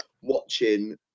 watching